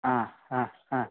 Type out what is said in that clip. अ अ हा